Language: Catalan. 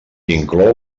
inclou